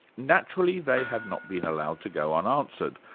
naturally they have not been allowed to go unanswered,